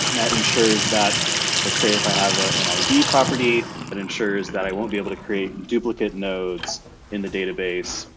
that ensures that let's say if i have ah an id property that ensures that i won't be able to create duplicate nodes in the database,